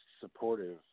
supportive